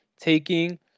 taking